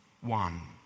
one